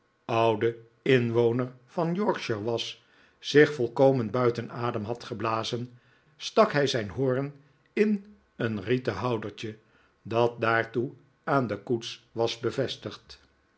oude inwoner van yorkshire was zich volkomen buiten adem had geblazen stak hij zijn hoorn in een rieten houdertje dat daartoe aan de koets was bevestigd